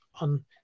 on